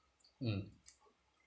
um